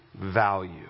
value